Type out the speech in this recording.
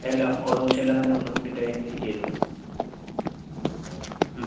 എല്ലാം ഓൾമോസ്റ്റ് എല്ലാം തന്നെ നമ്മൾ ഫുഡിൻ്റെ കാര്യത്തിൽ ചെയ്ത് കൊടുക്കും മ്